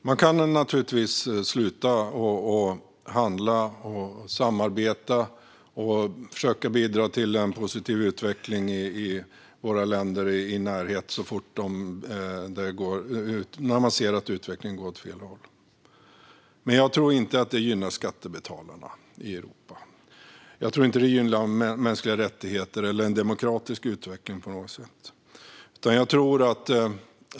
Fru talman! Man kan naturligtvis sluta handla, sluta samarbeta och sluta försöka bidra till en positiv utveckling i länder i vår närhet så fort man ser att utvecklingen går åt fel håll, men jag tror inte att det gynnar skattebetalarna i Europa. Jag tror inte att det gynnar mänskliga rättigheter eller en demokratisk utveckling i Turkiet på något sätt.